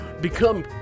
become